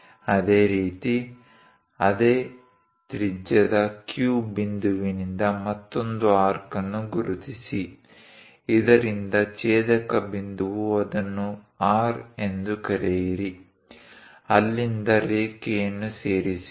ಅದೇ ರೀತಿ ಅದೇ ತ್ರಿಜ್ಯದ Q ಬಿಂದುವಿನಿಂದ ಮತ್ತೊಂದು ಆರ್ಕ್ ಅನ್ನು ಗುರುತಿಸಿ ಇದರಿಂದ ಛೇದಕ ಬಿಂದುವು ಅದನ್ನು R ಎಂದು ಕರೆಯಿರಿ ಅಲ್ಲಿಂದ ರೇಖೆಯನ್ನು ಸೇರಿಸಿ